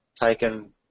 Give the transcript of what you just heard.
taken